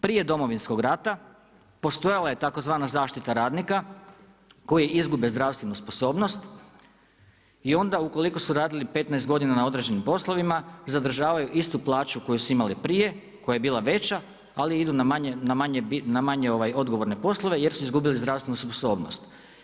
Prije Domovinskog rata, postojala je tzv. zaštita radnika koji izgube zdravstvenu sposobnost i onda ukoliko su radili 15 godina na određenim poslovima, zadržavaju istu plaću koju su imali prije, koja je bila veća ali idu na manje odgovorne poslove jer su izgubili zdravstvenu sposobnost.